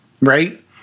right